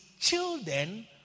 children